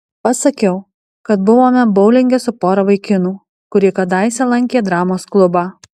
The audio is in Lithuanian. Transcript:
pasakiau kad buvome boulinge su pora vaikinų kurie kadaise lankė dramos klubą